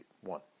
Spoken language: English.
one